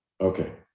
Okay